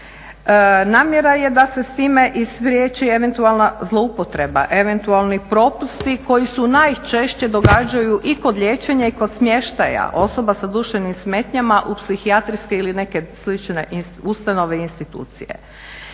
Namjera je da se s time i spriječi eventualna zloupotreba, eventualni propusti koji se najčešće događaju i kod liječenja i kod smještaja osoba sa duševnim smetnjama u psihijatrijske ili neke slične ustanove i institucije.